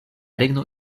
regno